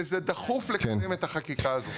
וזה דחוף לקדם את החקיקה הזאת.